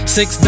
Six